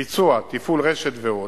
ביצוע, תפעול רשת ועוד.